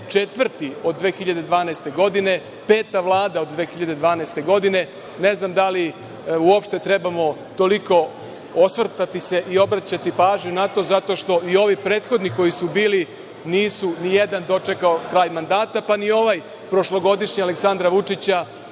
četvrti od 2012. godine, peta Vlada od 2012. godine, ne znam da li se uopšte trebamo toliko osvrtati i obraćati pažnju na to zato što i ovi prethodni koji su bili nije ni jedan dočekao kraj mandata, pa ni ovaj prošlogodišnji Aleksandra Vučića,